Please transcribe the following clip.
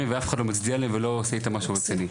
ואף אחד לא מצדיע להם ולא עושה איתם משהו רציני,